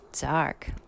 dark